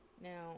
now